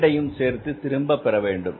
இரண்டையும் சேர்த்து திரும்பப்பெற வேண்டும்